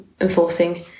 enforcing